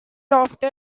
after